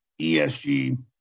ESG